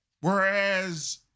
Whereas